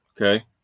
Okay